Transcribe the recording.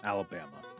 Alabama